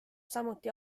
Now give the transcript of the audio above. samuti